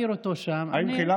אתה מכיר אותו שם, אני, האם חילקת?